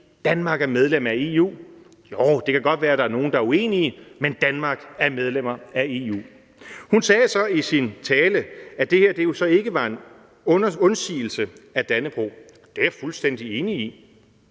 Danmark er medlem af EU, og det kan godt være, at der er nogle, der er uenige, men Danmark er medlem af EU. Hun sagde så i sin tale, at det her jo ikke var en undsigelse af Dannebrog. Det er jeg fuldstændig enig i.